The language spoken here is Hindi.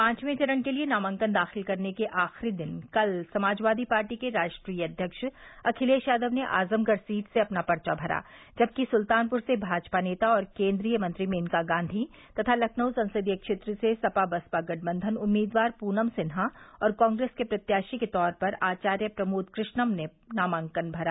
पांचवे चरण के लिये नामांकन दाखिल करने के आखिरी दिन कल समाजवादी पार्टी के राष्ट्रीय अध्यक्ष अखिलेश यादव ने आजमगढ़ सीट से अपना पर्चा भरा जबकि सुल्तानपुर से भाजपा नेता और केन्द्रीय मंत्री मेनका गांधी तथा लखनऊ संसदीय क्षेत्र से सपा बसपा गठबंधन उम्मीदवार प्रनम सिन्हा और कांग्रेस के प्रत्याशी के तौर पर आचार्य प्रमोद कृष्णम ने नामांकन भरा